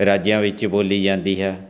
ਰਾਜਾਂ ਵਿੱਚ ਬੋਲੀ ਜਾਂਦੀ ਹੈ